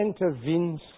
intervenes